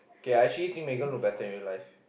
okay I actually think Megan look better in real life